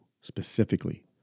specifically